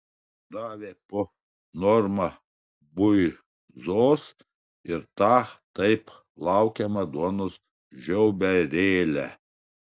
davė po normą buizos ir tą taip laukiamą duonos žiauberėlę